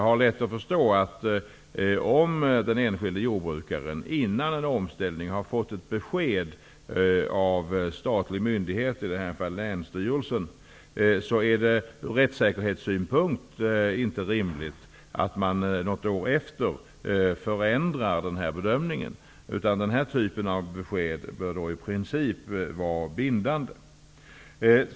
Jag tror därför att han har lätt att förstå att det ur rättssäkerhetssynpunkt inte är rimligt att man något år senare förändrar bedömningen, om den enskilde jordbrukaren före en omställning har fått ett besked av en statlig myndighet, i det här fallet länsstyrelsen. Den här typen av besked bör i princip vara bindande.